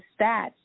stats